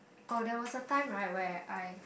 oh there was a time right where I